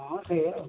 ହଁ ସେଇଆ ଆଉ